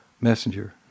messenger